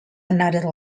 another